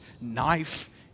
knife